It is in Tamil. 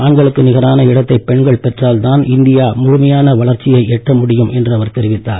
ஆண்களுக்கு நிகரான இடத்தை பெண்கள் பெற்றால் தான் இந்தியா முழுமையான வளர்ச்சியை எட்ட முடியும் என்று அவர் தெரிவித்தார்